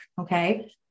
okay